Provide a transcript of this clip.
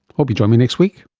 hope you join me next week